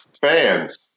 fans